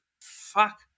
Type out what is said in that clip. fuck